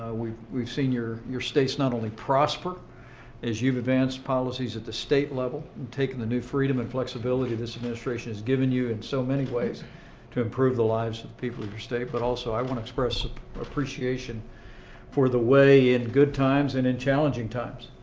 we've we've seen your your states not only prosper as you've advanced policies at the state level and taken the new freedom and flexibility this administration has given you in so many ways to improve the lives of the people of your state, but also, i want to express appreciation for the way, in good times and in challenging times,